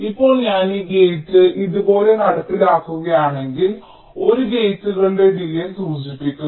ഇപ്പോൾ ഞാൻ ഈ ഗേറ്റ് ഇതുപോലെ നടപ്പിലാക്കുകയാണെങ്കിൽ 1 ഗേറ്റുകളുടെ ഡിലേയ് സൂചിപ്പിക്കുന്നു